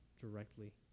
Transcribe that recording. directly